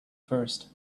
first